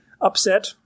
upset